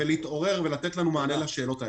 לתת לנו מענה על השאלות האלו.